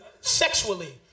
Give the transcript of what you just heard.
sexually